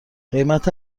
قیمت